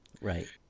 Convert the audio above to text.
Right